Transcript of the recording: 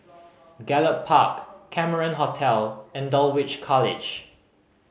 Gallop Park Cameron Hotel and Dulwich College